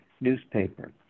newspaper